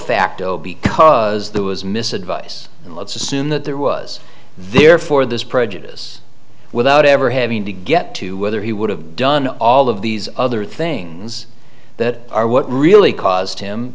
facto because there was miss advice let's assume that there was therefore this prejudice without ever having to get to whether he would have done all of these other things that are what really caused him